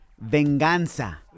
Venganza